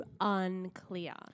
unclear